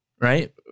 right